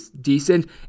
decent